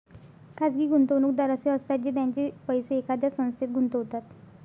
खाजगी गुंतवणूकदार असे असतात जे त्यांचे पैसे एखाद्या संस्थेत गुंतवतात